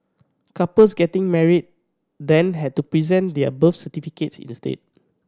couples getting married then had to present their birth certificates instead